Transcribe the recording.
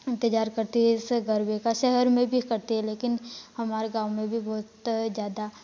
इंतज़ार करती हैं इस गरबे का शहर में भी करती हैं लेकिन हमारे गाँव में भी बहुत ज्यादा